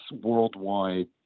worldwide